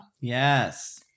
Yes